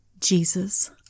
Jesus